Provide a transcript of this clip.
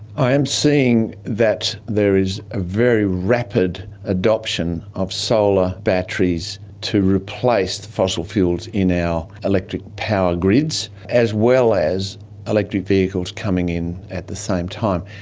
i am seeing that there is a very rapid adoption of solar batteries to replace the fossil fuels in our electric power grids, as well as electric vehicles coming in at the same time.